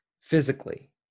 physically